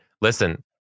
listen